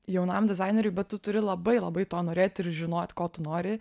jaunam dizaineriui bet tu turi labai labai to norėt ir žinot ko tu nori